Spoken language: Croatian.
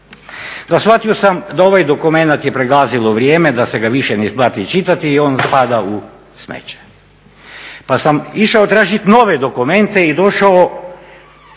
Shvatio sam da ovaj dokumenat je pregazilo vrijeme, da se ga više ne isplati čitati i on spada u smeće. Pa sam išao tražiti nove dokumente i došao